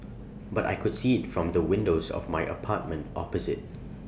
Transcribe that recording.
but I could see IT from the windows of my apartment opposite